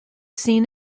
seen